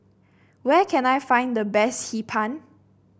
where can I find the best Hee Pan